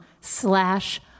slash